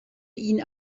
ihn